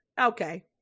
okay